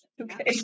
Okay